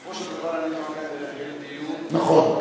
בסופו של דבר אני מעוניין לנהל דיון, נכון.